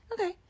Okay